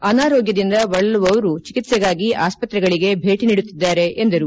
ಅನಾರೋಗ್ಭದಿಂದ ಬಳಲುವವರು ಚಿಕಿತ್ಸೆಗಾಗಿ ಆಸ್ಪತ್ರೆಗಳಿಗೆ ಭೇಟಿ ನೀಡುತ್ತಿದ್ದಾರೆ ಎಂದರು